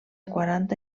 quaranta